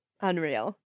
Unreal